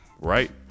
right